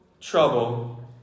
Trouble